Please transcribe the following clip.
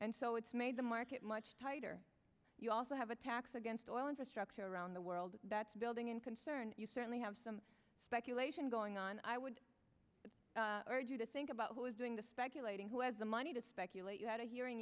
and so it's made the market much tighter you also have attacks against oil infrastructure around the world that's building in concern you certainly have some speculation going on i would urge you to think about who is doing the speculating who has the money to speculate you had a hearing